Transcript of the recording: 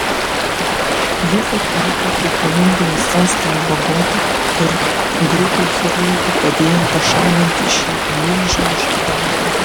jis atvyko į kolumbijos sostinę bogotą kur grupei chirurgų padėjo pašalinti šį milžinišką darinį